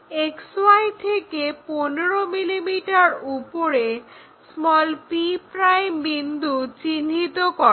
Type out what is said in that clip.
XY থেকে 15 mm উপরে p' বিন্দু চিহ্নিত করো